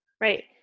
Right